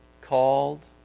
called